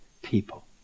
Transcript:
People